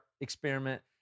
experiment